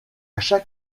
chaque